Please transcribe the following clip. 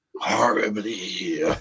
horribly